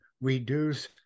reduce